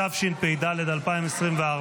התשפ"ד 2024,